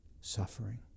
suffering